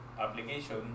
application